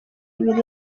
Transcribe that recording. ibiri